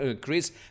Chris